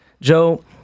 Joe